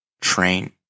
Train